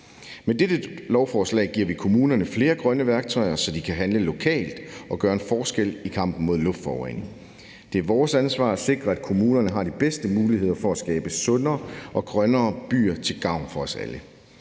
Med dette lovforslag giver vi kommunerne flere grønne værktøjer, så de kan handle lokalt og gøre en forskel i kampen mod luftforurening. Det er vores ansvar at sikre, at kommunerne har de bedste muligheder for at skabe sundere og grønnere byer til gavn for os alle.